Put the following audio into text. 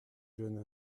jeune